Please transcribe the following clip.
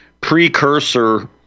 precursor